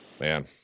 Man